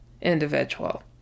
individual